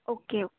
okay okay